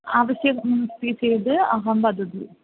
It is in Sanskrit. आवश्यकमस्ति चेद् अहं वदतु